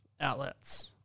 outlets